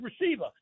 receiver